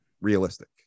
realistic